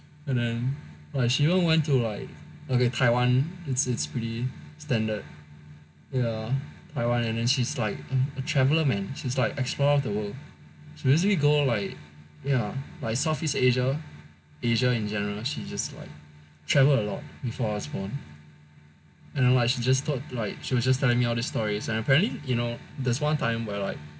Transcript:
and then like she even went to like Taiwan it's it's pretty standard ya Taiwan and then she's like a traveller man she's like explorer of the world she usually go like ya Southeast Asia Asia in general she's just like travel a lot before I was born an and then like she just talked like she was just telling me all these stories and apparently you know there's one time where like